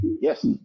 Yes